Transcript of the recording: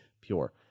pure